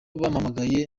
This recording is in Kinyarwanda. bampamagaye